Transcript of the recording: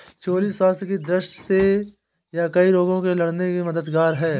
cherry स्वास्थ्य की दृष्टि से यह कई रोगों से लड़ने में मददगार है